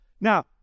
Now